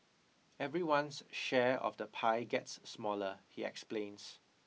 everyone's share of the pie gets smaller he explains